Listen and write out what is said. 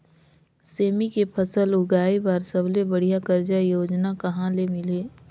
सेमी के फसल उगाई बार सबले बढ़िया कर्जा योजना कहा ले मिलही?